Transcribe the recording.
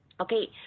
Okay